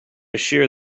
shear